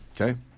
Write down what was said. okay